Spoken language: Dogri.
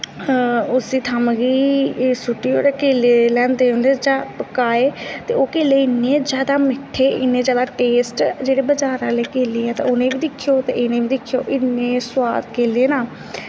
उस्सी थम्म गी सुट्टी ओड़ेआ केले लेआंदे उं'दे चा पकाए ते ओह् केले इन्ने जादा मिट्ठे इन्ने जादा टेस्ट जेह्ड़े बज़ार आह्ले केले ऐ ते उ'नें गी बी दिक्खेओ ते इ'नें बी दिक्खेओ इन्ने सोआद केले न